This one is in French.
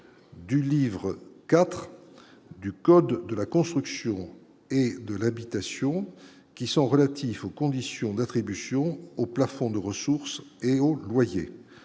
du livre IV du code de la construction et de l'habitation qui sont relatifs aux conditions d'attribution au plafond de ressources et au loyer